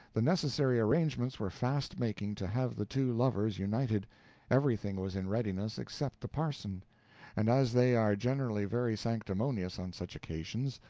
the necessary arrangements were fast making to have the two lovers united everything was in readiness except the parson and as they are generally very sanctimonious on such occasions,